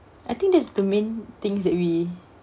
I think that's the main things that we